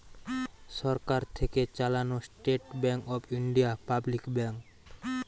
সরকার থেকে চালানো state bank of India public bank